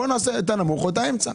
בוא נעשה את הנמוך או את האמצע.